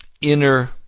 inner